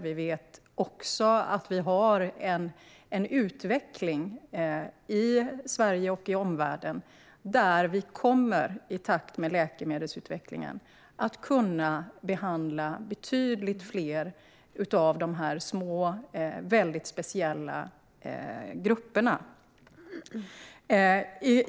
Vi vet också att vi har en utveckling i Sverige och i omvärlden där vi, i takt med läkemedelsutvecklingen, kommer att kunna behandla betydligt fler av dessa små och väldigt speciella grupper.